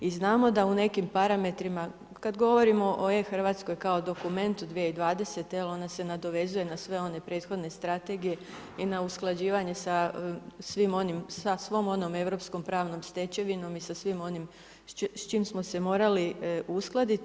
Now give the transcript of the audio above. I znamo da u nekim parametrima kada govorimo o e-Hrvatskoj kao dokumentu 2020. jer ona se nadovezuje na sve one prethodne strategije i na usklađivanje sa svim onim, sa svom onom europskom pravnom stečevinom i sa svim onim s čime smo se morali uskladiti.